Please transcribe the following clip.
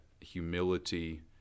humility—